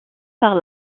par